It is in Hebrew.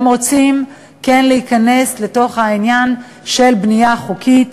הם רוצים להיכנס לתוך העניין של בנייה חוקית,